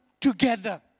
together